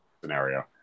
scenario